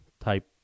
type